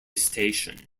station